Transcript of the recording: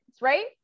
right